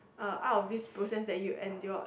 uh out of this process that you endured